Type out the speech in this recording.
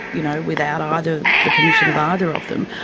you know, without either. the permission of either of them.